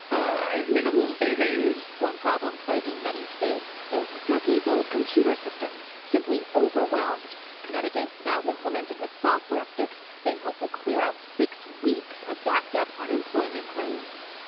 i have minimal savings. reporter one problem plaguing many states, those decades old computer systems simply overwhelmed connecticut now implementing a software fix they hope will clear out six weeks of backed up unemployment claims.